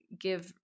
Give